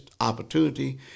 opportunity